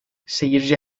seyirci